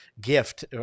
gift